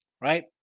right